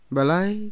Balai